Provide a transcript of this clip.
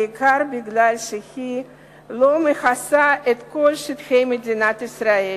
בעיקר כי היא לא מכסה את כל שטחי מדינת ישראל,